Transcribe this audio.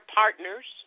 partners